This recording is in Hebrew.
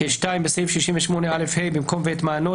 (2) בסעיף 68א)(ה) במקום "ואת מענו"